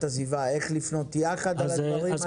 הסביבה איך לפנות יחד על הדברים האלה?